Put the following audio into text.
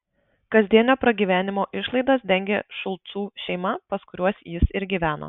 kasdienio pragyvenimo išlaidas dengė šulcų šeima pas kuriuos jis ir gyveno